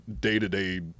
day-to-day